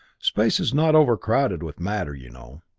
space is not overcrowded with matter, you know.